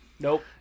Nope